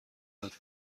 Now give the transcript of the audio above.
یاد